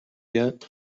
yet